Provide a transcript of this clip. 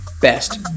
best